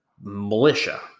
militia